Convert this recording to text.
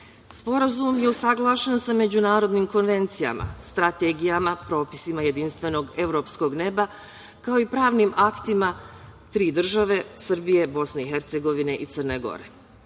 je usaglašen sa međunarodnim konvencijama, strategijama, propisima jedinstvenog evropskog neba, kao i pravnim aktima tri države Srbije, BiH i Crne Gore. Nakon